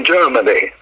Germany